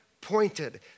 pointed